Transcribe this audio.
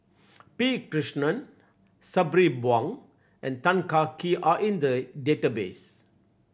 P Krishnan Sabri Buang and Tan Kah Kee are in the database